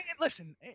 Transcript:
Listen